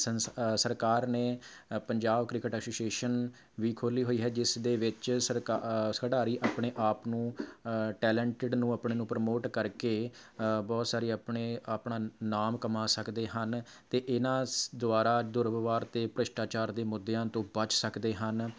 ਸੰਸ ਅ ਸਰਕਾਰ ਨੇ ਅ ਪੰਜਾਬ ਕ੍ਰਿਕਟ ਐਸੋਸੀਏਸ਼ਨ ਵੀ ਖੋਲ੍ਹੀ ਹੋਈ ਹੈ ਜਿਸ ਦੇ ਵਿੱਚ ਸਰਕਾ ਅ ਖਿਡਾਰੀ ਆਪਣੇ ਆਪ ਨੂੰ ਟੈਲੇਂਟਿਡ ਨੂੰ ਆਪਣੇ ਨੂੰ ਪ੍ਰਮੋਟ ਕਰਕੇ ਅ ਬਹੁਤ ਸਾਰੇ ਆਪਣੇ ਆਪਣਾ ਨਾਮ ਕਮਾ ਸਕਦੇ ਹਨ ਅਤੇ ਇਨ੍ਹਾਂ ਦੁਆਰਾ ਦੁਰਵਿਵਹਾਰ ਅਤੇ ਭ੍ਰਿਸ਼ਟਾਚਾਰ ਦੇ ਮੁੱਦਿਆਂ ਤੋਂ ਬਚ ਸਕਦੇ ਹਨ